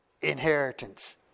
inheritance